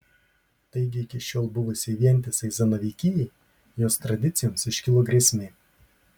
taigi iki šiol buvusiai vientisai zanavykijai jos tradicijoms iškilo grėsmė